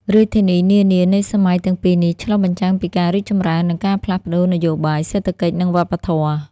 រាជធានីនានានៃសម័យទាំងពីរនេះ ឆ្លុះបញ្ចាំងពីការរីកចម្រើន និងការផ្លាស់ប្តូរនយោបាយ សេដ្ឋកិច្ច និងវប្បធម៌។